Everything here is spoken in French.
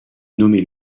nommé